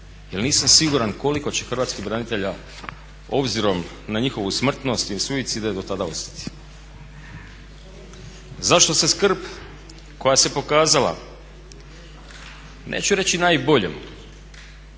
nisam siguran koliko će hrvatskih branitelja obzirom na njihovu smrtnost ili suicide do tada ostati. Zašto se skrb koja se pokazala neću reći najboljom